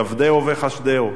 כבדהו וחושדהו.